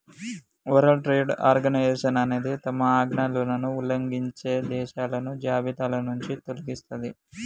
world trade organization అనేది తమ ఆజ్ఞలను ఉల్లంఘించే దేశాలను జాబితానుంచి తొలగిస్తది